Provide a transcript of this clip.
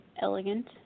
elegant